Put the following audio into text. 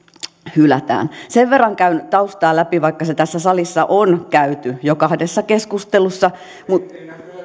hylätään sen verran käyn taustaa läpi vaikka se tässä salissa on käyty jo kahdessa keskustelussa mutta